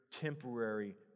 temporary